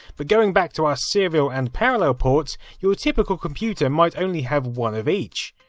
but going back to our serial and parallel ports, your typical computer might only have one of each.